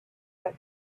that